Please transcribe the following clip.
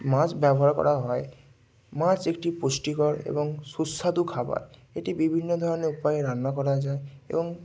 মাছ ব্যবহার করা হয় মাছ একটি পুষ্টিকর এবং সুস্বাদু খাবার এটি বিভিন্ন ধরনের উপায়ে রান্না করা যায় এবং